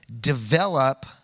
develop